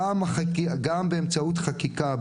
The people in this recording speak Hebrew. גם באמצעות חקיקה,